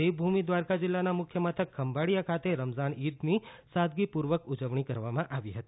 દેવભૂમિ દ્વારકા જિલ્લાના મુખ્ય મથક ખંભાળીયા ખાતે રમજાન ઈદની સાદગી પૂર્વક ઉજવણી કરવામાં હતી